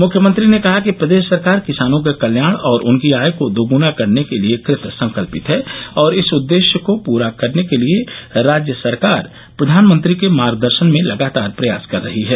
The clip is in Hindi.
मुख्यमंत्री ने कहा कि प्रदेश सरकार किसानों के कल्याण और उनकी आय को दोगुना करने के लिये कृत संकल्पित है और इस उददेश्य को पूरा करने के लिये राज्य सरकार प्रधानमंत्री नरेन्द्र मोदी के मार्गदर्शन में लगातार प्रयास कर रही है